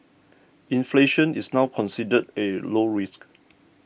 inflation is now considered a low risk